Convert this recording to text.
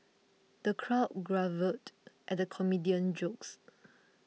the crowd guffawed at the comedian's jokes